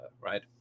right